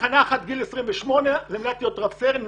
תחנה אחת זה גיל 28 להיות רב-סרן ואם